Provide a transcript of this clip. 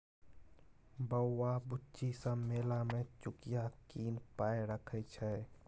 बौआ बुच्ची सब मेला मे चुकिया कीन पाइ रखै छै